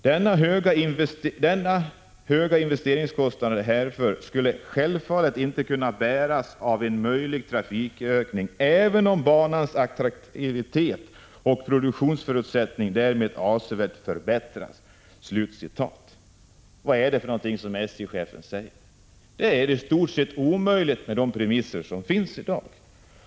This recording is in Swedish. Den höga investeringskostnaden härför skulle självfallet inte kunna bäras av en möjlig trafikökning även om banans attraktivitet och produktionsförutsättningar därmed avsevärt förbättras.” Vad är det som SJ-chefen säger? Jo, det är i stort sett omöjligt med de premisser som finns i dag.